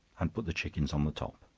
and put the chickens on the top.